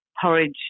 porridge